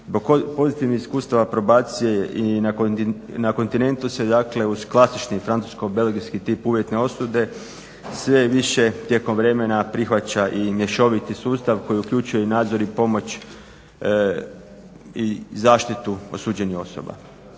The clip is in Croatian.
pozitivnih iskustava probacije i na kontinentu se uz klasični francusko-belgijski tip uvjetne osude sve je više tijekom prihvaća i mješoviti sustav koji uključuje i nadzor i pomoć i zaštitu osuđenih osoba.